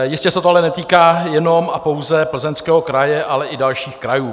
Jistě se to ale netýká jenom a pouze Plzeňského kraje, ale i dalších krajů.